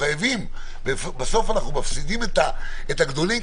בסוף אנחנו מפסידים את הגדולים,